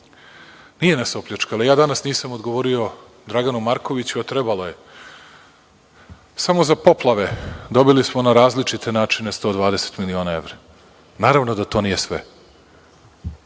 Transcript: Nije nas opljačkala. Ja danas nisam odgovorio Draganu Markoviću, a trebalo je. Samo za poplave dobili smo na različite načine 120 miliona evra. Naravno, da to nije sve.